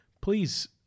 please